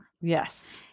Yes